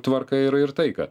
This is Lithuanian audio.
tvarką ir ir taiką